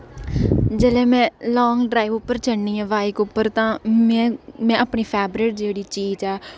जिसलै में long drive उप्पर जन्नी आं बाइक उप्पर तां में अपनी फेवरेट जेह्ड़ी चीज ऐ